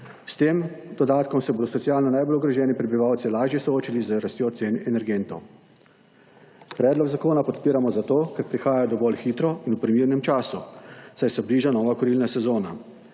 S tem dodatkom se bodo socialna najbolj ogroženi prebivalci soočali z rastjo cen energentov. Predlog zakona podpiramo, zato ker prihaja dovolj hitro in v primernem času, saj se bliža nova kurilna sezona.